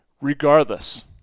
Regardless